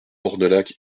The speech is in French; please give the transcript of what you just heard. ornolac